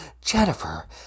Jennifer